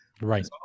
Right